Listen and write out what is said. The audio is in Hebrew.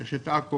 יש את עכו,